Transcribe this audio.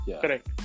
Correct